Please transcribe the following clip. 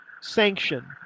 sanction